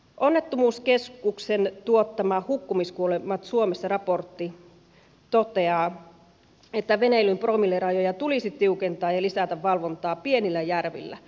onnettomuuskeskuksen tuottama hukkumiskuolemat suomessa raportti toteaa että veneilyn promillerajoja tulisi tiukentaa ja lisätä valvontaa pienillä järvillä